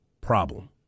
problem